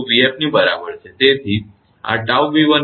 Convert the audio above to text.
𝑣𝑓ની બરાબર છે